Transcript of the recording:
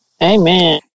Amen